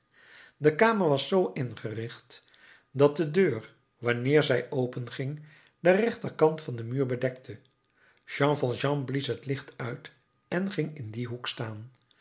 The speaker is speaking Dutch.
de kamer was zoo ingericht dat de deur wanneer zij openging den rechter kant van den muur bedekte jean valjean blies het licht uit en ging in dien hoek staan